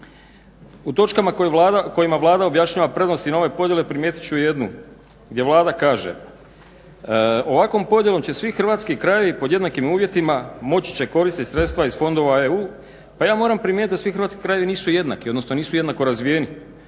Vlada, kojima Vlada objašnjava prednosti nove podjele primijetit ću jednu gdje Vlada kaže ovakvom podjelom će svi hrvatski krajevi pod jednakim uvjetima moći će koristiti sredstva iz fondova EU. Pa ja moram primijetiti da svi hrvatski krajevi nisu jednaki odnosno